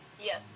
Yes